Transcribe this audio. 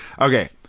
okay